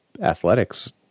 athletics